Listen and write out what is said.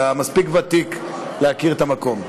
אתה מספיק ותיק להכיר את המקום.